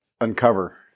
uncover